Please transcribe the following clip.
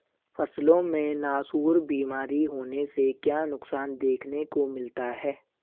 फसलों में नासूर बीमारी होने से क्या नुकसान देखने को मिलता है?